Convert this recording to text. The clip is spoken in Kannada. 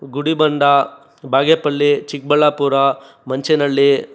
ಗುಡಿಭಂಡೆ ಬಾಗೇಪಲ್ಲಿ ಚಿಕ್ಕಬಳ್ಳಾಪುರ ಮಂಚೇನಳ್ಳಿ